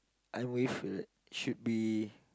I'm with her should be